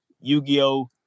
Yu-Gi-Oh